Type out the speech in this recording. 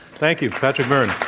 thank you, patrick byrne.